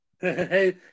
Hey